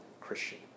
Christian